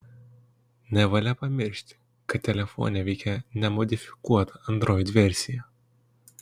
nevalia pamiršti kad telefone veikia nemodifikuota android versija